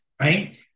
right